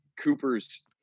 Cooper's